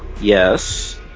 Yes